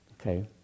Okay